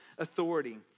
Authority